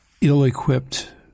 ill-equipped